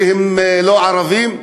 שהם לא ערבים?